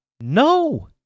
No